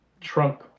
trunk